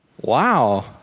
Wow